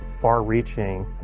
far-reaching